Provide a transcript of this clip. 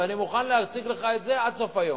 ואני מוכן להציג לך את זה עד סוף היום.